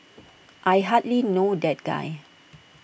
I hardly know that guy